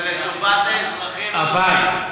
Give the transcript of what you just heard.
זה לטובת האזרחים, אדוני.